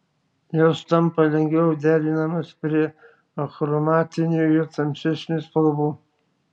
jos tampa lengviau derinamos prie achromatinių ir tamsesnių spalvų